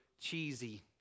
cheesy